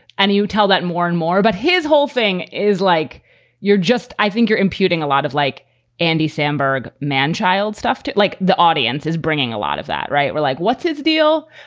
and you tell that more and more about but his whole thing is like you're just i think you're imputing a lot of like andy samberg manchild stuff, too. like the audience is bringing a lot of that. right. we're like, what's his deal?